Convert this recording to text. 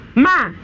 Ma